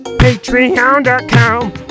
Patreon.com